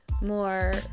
more